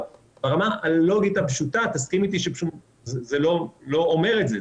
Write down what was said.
אבל ברמה הלוגית הפשוטה תסכים אתי שזה לא אומר את זה.